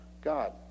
God